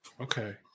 Okay